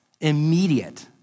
Immediate